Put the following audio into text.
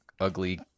ugly